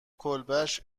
کلبش